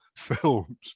films